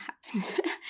happen